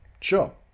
Sure